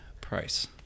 price